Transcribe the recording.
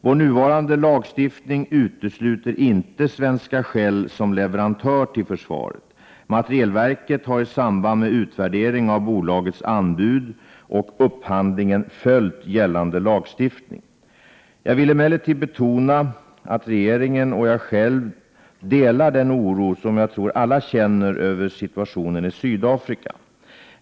Vår nuvarande lagstiftning utesluter inte Svenska Shell som leverantör till försvaret. Materielverket har i samband med utvärdering av bolagets anbud Prot. 1988/89:97 och upphandlingen följt gällande lagstiftning. 14 april 1989 Jag vill emellertid betona att regeringen och jag själv delar den oro som jag Om försvarets kredit tror alla känner över situationen i Sydafrika.